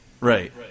Right